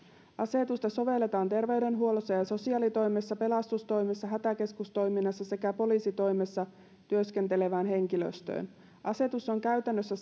asetusta sovelletaan terveydenhuollossa ja sosiaalitoimessa pelastustoimessa hätäkeskustoiminnassa sekä poliisitoimessa työskentelevään henkilöstöön asetus on käytännössä